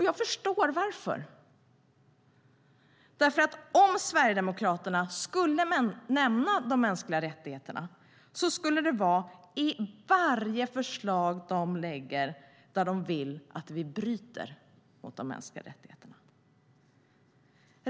Jag förstår varför, därför att om Sverigedemokraterna skulle nämna de mänskliga rättigheterna skulle det vara i varje förslag som de lägger fram där de vill att vi bryter mot de mänskliga rättigheterna.